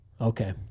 okay